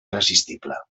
irresistible